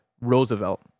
Roosevelt